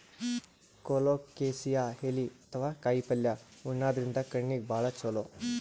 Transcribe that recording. colocasia ಎಲಿ ಅಥವಾ ಕಾಯಿಪಲ್ಯ ಉಣಾದ್ರಿನ್ದ ಕಣ್ಣಿಗ್ ಭಾಳ್ ಛಲೋ